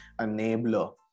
enabler